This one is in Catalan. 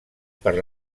per